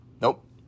nope